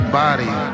body